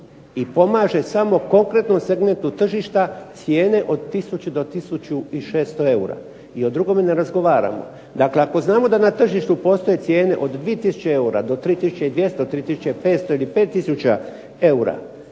i pomaže samo konkretno segmentu tržišta, cijene od 1000 do 1600 eura i o drugome ne razgovaramo. Dakle, ako znamo da na tržištu postoje cijene od 2000 eura do 3200, 3500 ili 5000 eura